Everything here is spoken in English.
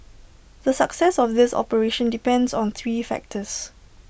the success of this operation depends on three factors